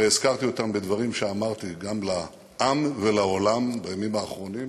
הרי הזכרתי אותם בדברים שאמרתי גם לעם ולעולם בימים האחרונים,